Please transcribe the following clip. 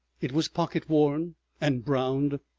it was pocket-worn and browned,